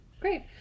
Great